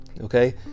Okay